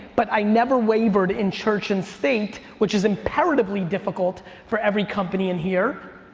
but i never wavered in church and state, which is imperatively difficult for every company in here,